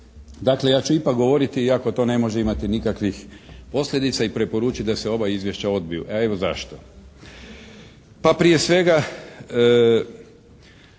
Dakle, ja ću ipak govoriti iako to ne može imati nikakvih posljedica i preporučiti da se ova izvješća odbiju, a evo zašto.